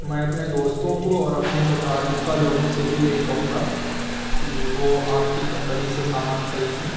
میں اپنے دوستوں کو اور اپنے متعلقہ لوگوں سے بھی یہی کہوں گا کہ وہ آپ کی کمپنی سے سامان خریدیں